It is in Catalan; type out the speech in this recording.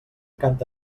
canta